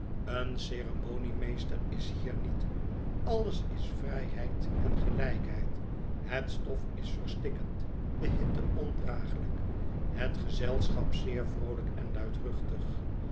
een ceremonie meester is hier niet alles is vrijheidengelijkheid het stofis verstikkend de hitte ondraaglijk het gezelschap zeer vroolyk en luidruchtig